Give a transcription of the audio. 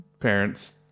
parents